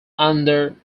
under